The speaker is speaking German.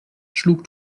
schlug